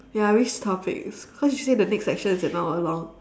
ya which topics cause you say the next section is an hour long